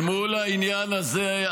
אל מול העניין הזה,